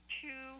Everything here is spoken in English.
two